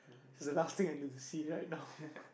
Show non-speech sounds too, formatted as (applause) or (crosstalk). he's the last thing I need to see right now (laughs)